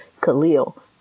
Khalil